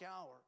hour